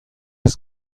eus